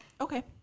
Okay